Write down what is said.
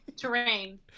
Terrain